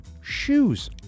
shoes